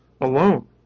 alone